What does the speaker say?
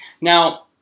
Now